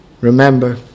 remember